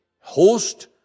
host